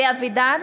(קוראת בשמות חברי הכנסת) אלי אבידר,